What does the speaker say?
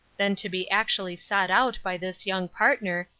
than to be actually sought out by this young partner,